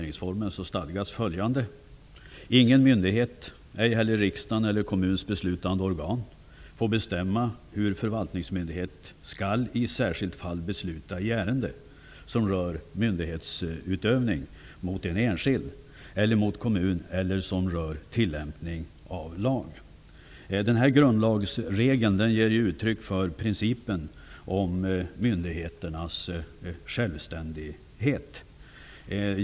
''Ingen myndighet, ej heller riksdagen eller kommuns beslutande organ, får bestämma, hur förvaltningsmyndighet skall i särskilt fall besluta i ärende som rör myndighetsutövning mot enskild eller mot kommun eller som rör tillämpning av lag.'' Den här grundlagsregeln ger uttryck för principen om myndigheternas självständighet.